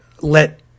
let